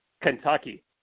Kentucky